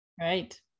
Right